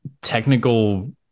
technical